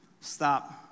stop